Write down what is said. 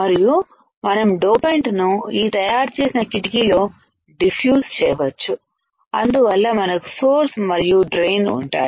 మరియు మనము డోపంటు ను ఈ తయారు చేసిన కిటికీ లో డిఫ్యూజ్ చేయవచ్చు అందువల్ల మనకు సోర్స్ మరియు డ్రెయిన్ ఉంటాయి